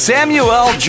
Samuel